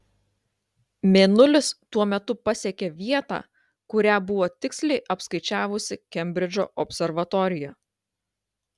mėnulis tuo metu pasiekė vietą kurią buvo tiksliai apskaičiavusi kembridžo observatorija